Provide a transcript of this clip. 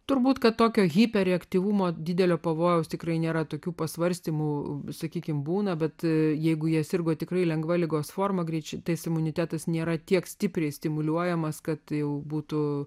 turbūt kad tokio hiperaktyvumo didelio pavojaus tikrai nėra tokių pasvarstymų sakykime būna bet jeigu jie sirgo tikrai lengva ligos forma greičiu tais imunitetas nėra tiek stipriai stimuliuojamas kad jau būtų